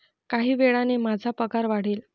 काही वेळाने माझा पगार वाढेल